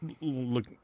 Look